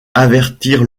avertir